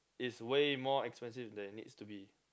is way more expensive than it needs to be